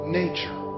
nature